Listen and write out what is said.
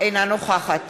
אינה נוכחת